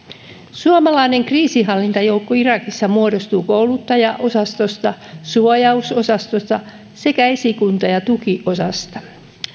suomalainen kriisinhallintajoukko irakissa muodostuu kouluttajaosastosta suojausosastosta sekä esikunta ja tukiosastosta